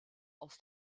aus